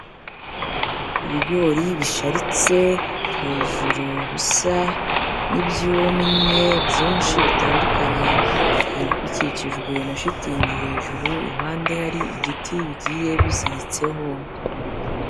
Ibigori bisharitse hejuru bisa ni byumye byinshi bitandukanye bikikijwe na shitingi hejuru, iruhande hari igiti bigiye biziritseho.